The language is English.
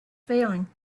failing